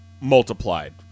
multiplied